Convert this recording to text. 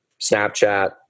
snapchat